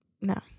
No